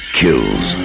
kills